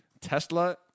Tesla